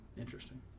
Interesting